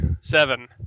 seven